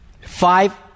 five